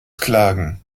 klagen